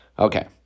Okay